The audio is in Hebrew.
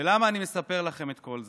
ולמה אני מספר לכם את כל זה?